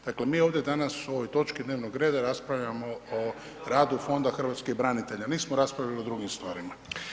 Dakle, mi ovdje danas o ovoj točki dnevnog reda raspravljamo o radu Fonda hrvatskih branitelja, nismo raspravili o drugim stvarima.